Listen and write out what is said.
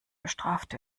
bestraft